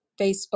facebook